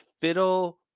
fiddle